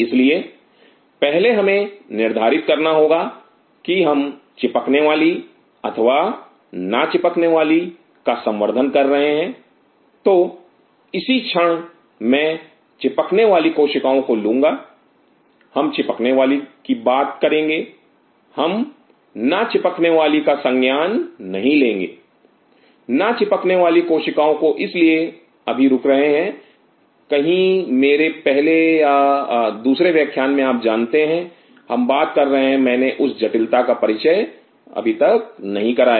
इसलिए पहले हमें निर्धारित करना होगा कि हम चिपकने वाली अथवा ना चिपकने वाली का संवर्धन कर रहे हैं तो इसी क्षण मैं चिपकने वाली कोशिकाओं को लूंगा हम चिपकने वाली की बात करेंगे हम ना चिपकने वाली का संज्ञान नहीं लेंगे ना चिपकने वाली कोशिकाओं को इसलिए अभी रुके कहीं मेरे पहले या दूसरे व्याख्यान में आप जानते हैं हम बात कर रहे हैं मैंने उस जटिलता का परिचय नहीं कराया